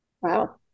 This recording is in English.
Wow